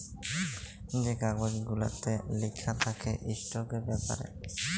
যে কাগজ গুলাতে লিখা থ্যাকে ইস্টকের ব্যাপারে